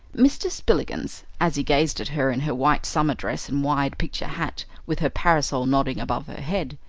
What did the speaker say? mr. spillikins, as he gazed at her in her white summer dress and wide picture hat, with her parasol nodding above her head,